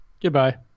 Goodbye